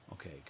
okay